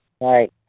Right